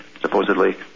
supposedly